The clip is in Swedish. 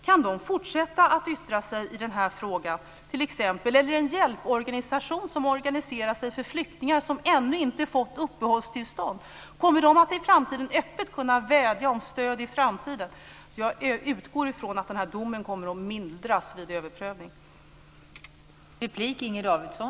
Kan den fortsätta att yttra sig i den här frågan? Eller kommer en hjälporganisation som organiserar sig för flyktingar som ännu inte har fått uppehållstillstånd att i framtiden öppet kunna vädja om stöd? Jag utgår från att den här domen kommer att mildras vid överprövningen.